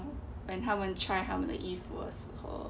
when 他们 try 他们的衣服的时候